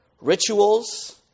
rituals